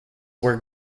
were